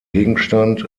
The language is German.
gegenstand